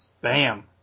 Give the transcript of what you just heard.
Bam